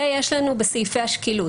זה יש לנו בסעיפי השקילות,